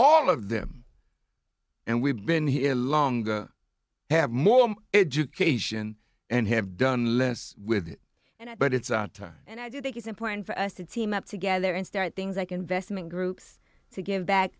all of them and we've been here longer have more education and have done less with it and i but it's on time and i do think it's important for us to team up together and start things like investment groups to give back